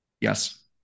Yes